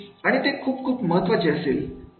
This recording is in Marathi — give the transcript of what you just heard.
आणि ते खूप खूप महत्त्वाचे असेल